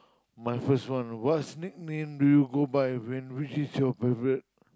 my first one what's nickname do you go by and which is your favourite